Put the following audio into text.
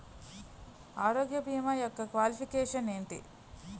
ఆరోగ్య భీమా యెక్క క్వాలిఫికేషన్ ఎంటి?